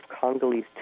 Congolese